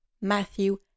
Matthew